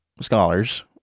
scholars